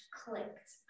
clicked